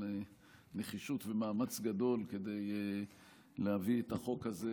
על נחישות ומאמץ גדול כדי להביא את החוק הזה